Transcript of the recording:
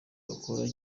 bakora